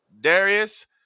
Darius